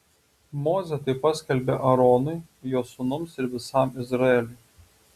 mozė tai paskelbė aaronui jo sūnums ir visam izraeliui